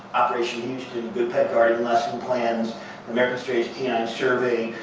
operation houston good pet guardian lesson plans american strays canine survey,